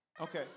Okay